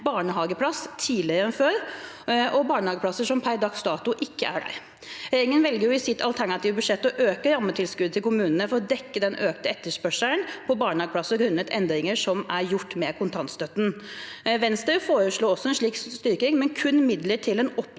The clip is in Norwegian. barnehageplass tidligere, barnehageplasser som per dags dato ikke er der. Regjeringen velger i sitt budsjettforslag å øke rammetilskuddet til kommunene for å dekke den økte etterspørselen etter barnehageplass grunnet endringer som er gjort med kontantstøtten. Venstre foreslår også en slik styrking, men kun midler til en opptrapping